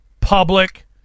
public